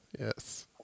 Yes